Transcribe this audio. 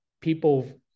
people